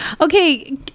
okay